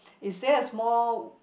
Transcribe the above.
is there a small